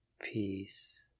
peace